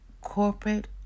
corporate